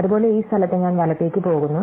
അതുപോലെ ഈ സ്ഥലത്ത് ഞാൻ വലത്തേക്ക് പോകുന്നു